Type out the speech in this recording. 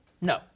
No